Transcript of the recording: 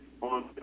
on